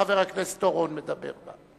וחבר הכנסת אורון מדבר בה.